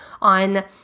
on